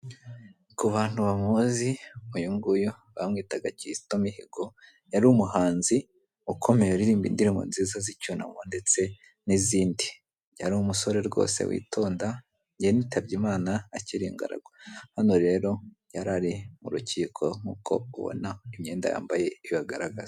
Ku bantu bamuzi uyu nguyu bamwitaga Kizito Mihigo. Yari umuhanzi ukomeye uririmba indirimbo nziza z'icyunamo ndetse n'izindi. Yari umusore rwose witonda, yanitabye Imana akiri ingaragu. Hano rero, yari ari mu rukiko nk'uko mubona imyenda yambaye ibibagaragaza.